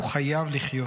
הוא חייב לחיות.